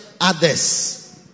others